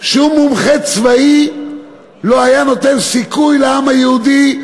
שום מומחה צבאי לא היה נותן סיכוי לעם היהודי,